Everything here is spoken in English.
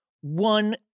one